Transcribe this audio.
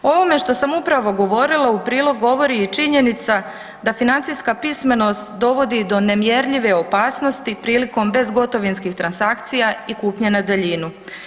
O ovome što sam upravo govorila u prilog govori i činjenica da financijska pismenost dovodi do nemjerljive opasnosti prilikom bezgotovinskih transakcija i kupnje na daljinu.